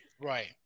Right